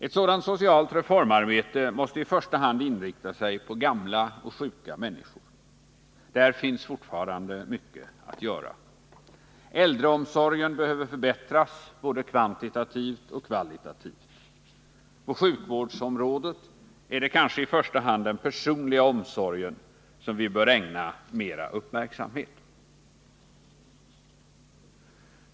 Ett sådant socialt reformarbete måste i första hand inrikta sig på gamla och sjuka människor. På det området finns fortfarande mycket att göra. Äldreomsorgen behöver förbättras både kvantitativt och kvalitativt. På sjukvårdsområdet är det kanske i första hand den personliga omsorgen som vi bör ägna ytterligare uppmärksamhet.